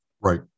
Right